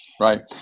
right